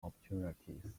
opportunities